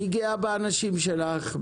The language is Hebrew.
תהיי גאה באנשים שלך.